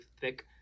thick